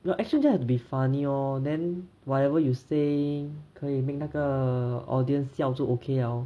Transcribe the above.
no actually just have to be funny lor then whatever you say 可以 make 那个 audience 笑就 okay 了